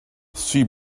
three